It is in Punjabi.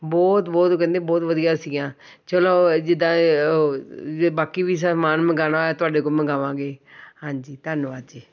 ਬਹੁਤ ਬਹੁਤ ਕਹਿੰਦੇ ਬਹੁਤ ਵਧੀਆ ਸੀਗੀਆਂ ਚਲੋ ਓ ਅ ਜਿਦਾਂ ਬਾਕੀ ਵੀ ਸਮਾਨ ਮੰਗਾਉਣਾ ਹੋਇਆ ਤੁਹਾਡੇ ਕੋਲ ਮੰਗਾਵਾਂਗੇ ਹਾਂਜੀ ਧੰਨਵਾਦ ਜੀ